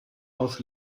aus